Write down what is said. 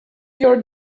your